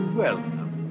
welcome